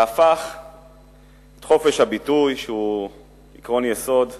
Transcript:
והפך את חופש הביטוי, שהוא עקרון יסוד פה,